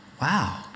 wow